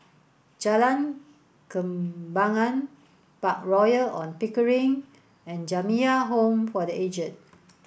Jalan Kembangan Park Royal On Pickering and Jamiyah Home for the Aged